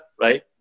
right